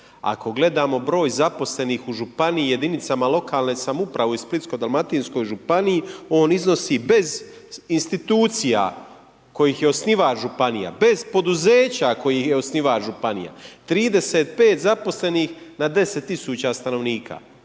Ako gledamo broj zaposlenih u županijama, jedinicama lokalne samouprave i Splitsko-dalmatinskoj županiji on iznosi bez institucija kojih je osnivač županija, bez poduzeća kojih je osnivač županija 35 zaposlenih na 10 tisuća stanovnika.